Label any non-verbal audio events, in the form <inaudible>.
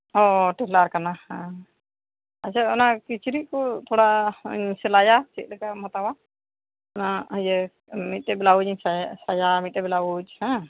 ᱚ ᱴᱮᱞᱟᱨ ᱠᱟᱱᱟ ᱦᱮᱸ ᱟᱪᱪᱷᱟ ᱚᱱᱟ ᱠᱤᱪᱨᱤᱡ ᱠᱚ ᱛᱷᱚᱲᱟᱢ ᱥᱮᱞᱟᱭᱟ ᱪᱮᱫ ᱞᱮᱠᱟᱢ ᱦᱟᱛᱟᱣᱟ ᱚᱱᱟ ᱤᱭᱟᱹ ᱢᱤᱫᱴᱮᱱ ᱵᱞᱟᱣᱩᱡ ᱤᱧ <unintelligible> ᱥᱟᱭᱟ ᱢᱤᱫᱴᱮᱱ ᱵᱞᱟᱣᱩᱡ ᱦᱮᱸ